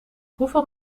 hoeveel